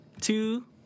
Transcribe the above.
two